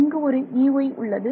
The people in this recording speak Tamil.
இங்கு ஒரு Ey உள்ளது